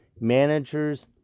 managers